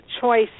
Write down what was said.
choice